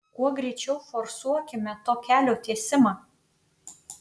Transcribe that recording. kuo greičiau forsuokime to kelio tiesimą